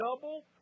double